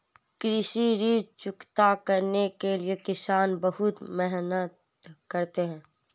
कृषि ऋण चुकता करने के लिए किसान बहुत मेहनत करते हैं